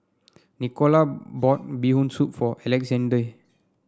Nicola bought Bee Hoon Soup for Alexande